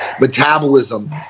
metabolism